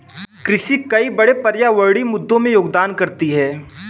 कृषि कई बड़े पर्यावरणीय मुद्दों में योगदान करती है